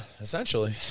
essentially